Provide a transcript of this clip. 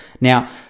Now